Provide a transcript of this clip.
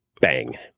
bang